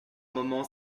moments